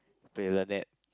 play with Lynette